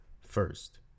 First